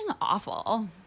awful